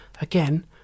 again